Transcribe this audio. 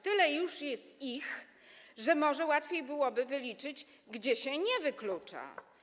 Tyle już ich jest, że może łatwiej byłoby wyliczyć, gdzie się nie wyklucza.